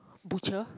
butcher